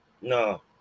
no